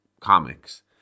comics